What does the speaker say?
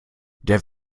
der